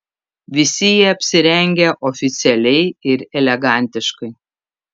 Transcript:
visi jie apsirengę oficialiai ir elegantiškai